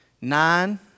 Nine